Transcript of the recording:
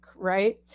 Right